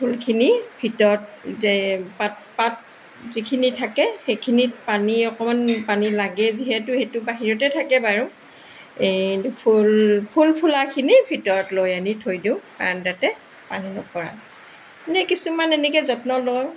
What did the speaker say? ফুলখিনি ভিতৰত যে পাত পাত যিখিনি থাকে সেইখিনিত পানী অকণমান পানী লাগে যিহেতু সেইটো বাহিৰতে থাকে বাৰু ফুল ফুল ফুলাখিনি ভিতৰত লৈ আনি থৈ দিওঁ বাৰান্দাতে পানী নপৰাকৈ এনে কিছুমান এনেকৈ যত্ন লওঁ